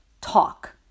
talk